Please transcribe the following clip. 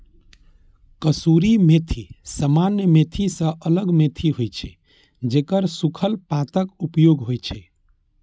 कसूरी मेथी सामान्य मेथी सं अलग मेथी होइ छै, जेकर सूखल पातक उपयोग होइ छै